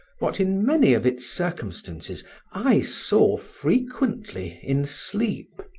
what in many of its circumstances i saw frequently in sleep